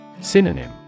Synonym